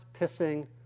pissing